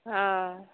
हँ